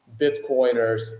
Bitcoiners